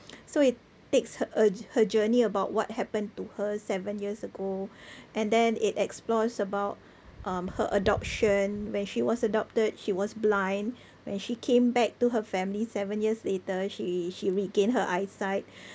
so it takes her jour~ her journey about what happened to her seven years ago and then it explores about um her adoption when she was adopted she was blind when she came back to her family seven years later she she regained her eyesight